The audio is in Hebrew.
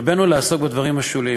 הרבינו לעסוק בדברים השוליים.